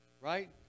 Right